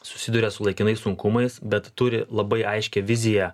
susiduria su laikinais sunkumais bet turi labai aiškią viziją